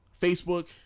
facebook